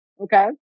Okay